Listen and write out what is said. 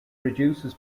reduces